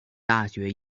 大学